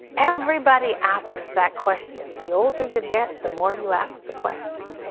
everybody asks that question. the older you get, the more you ask the question.